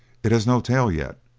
it has no tail yet.